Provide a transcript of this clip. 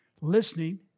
listening